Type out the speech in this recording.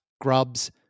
grubs